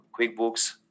QuickBooks